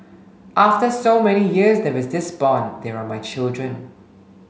after so many years there is this bond they are my children